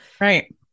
right